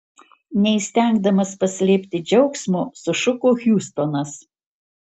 neįstengdamas paslėpti džiaugsmo sušuko hiustonas